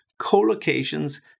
collocations